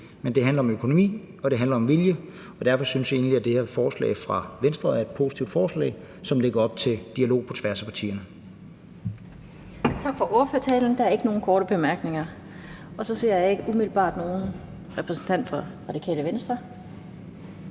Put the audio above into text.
og det handler om vilje. Derfor synes vi egentlig, at det her forslag fra Venstre er et positivt forslag, som lægger op til dialog på tværs af partierne.